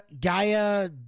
Gaia